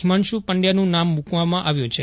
હિમાંશુ પંડયાનું નામ મૂકવામાં આવ્યું છે